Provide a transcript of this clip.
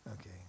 Okay